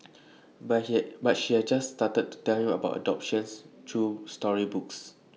but she has just started to tell him about adoptions through storybooks